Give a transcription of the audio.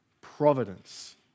providence